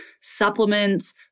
supplements